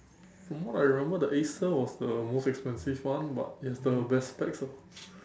from what I remember the Acer was the most expensive one but it has the best specs ah